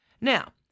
Now